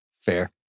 fair